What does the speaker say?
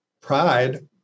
pride